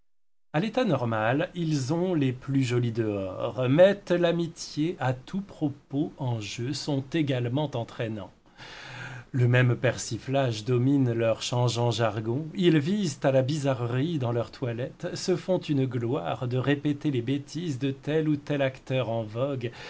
à l'état normal ils ont les plus jolis dehors mettent l'amitié à tout propos en jeu sont également entraînants le même persiflage domine leurs changeants jargons ils visent à la bizarrerie dans leurs toilettes se font gloire de répéter les bêtises de tel ou tel acteur en vogue